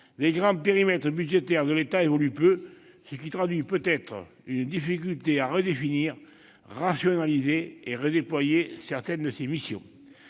les grands périmètres budgétaires de l'État évoluent peu, ce qui traduit peut-être une difficulté à redéfinir, rationaliser et redéployer certaines de ses missions.